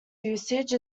usage